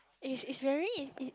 is is very is